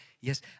Yes